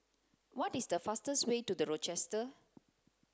what is the fastest way to The Rochester